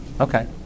Okay